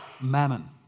mammon